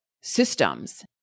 systems